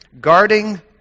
guarding